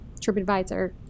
tripadvisor